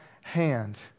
hand